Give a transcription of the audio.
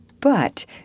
But